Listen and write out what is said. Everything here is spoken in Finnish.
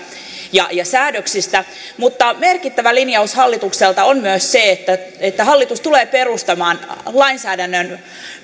ja ja säädöksistä mutta merkittävä linjaus hallitukselta on myös se että hallitus tulee perustamaan lainsäädännön